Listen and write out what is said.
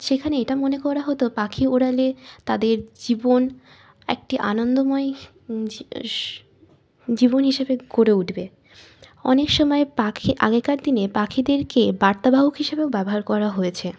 সেখানে এটা মনে করা হতো পাখি ওড়ালে তাদের জীবন একটি আনন্দময় জীবন হিসেবে গড়ে উঠবে অনেক সময় পাখি আগেকার দিনে পাখিদেরকে বার্তাবাহক হিসাবেবেও ব্যবহার করা হয়েছে